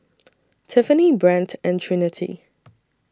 Tiffanie Brent and Trinity